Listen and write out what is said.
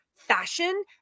fashion